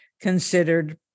considered